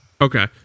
Okay